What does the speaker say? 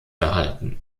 erhalten